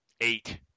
eight